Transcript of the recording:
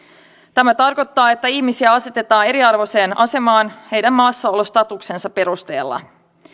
tämä tarkoittaa että ihmisiä asetetaan eriarvoiseen asemaan heidän maassaolostatuksensa perusteella